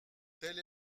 telle